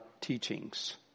teachings